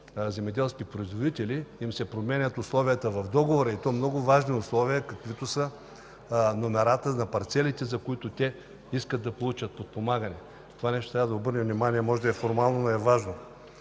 земеделски производители, се променят условията в договорите им, и то много важни условия, каквито са номерата на парцелите, за които те искат да получат подпомагане. Искам да обърна внимание, че това може да е формално, но е важно.